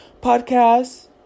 podcasts